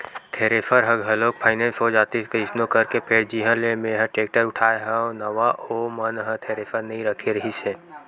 thresher ह घलोक finance हो जातिस कइसनो करके फेर जिहाँ ले मेंहा टेक्टर उठाय हव नवा ओ मन ह थेरेसर नइ रखे रिहिस हे